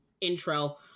intro